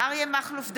אריה מכלוף דרעי,